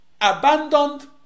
abandoned